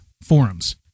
forums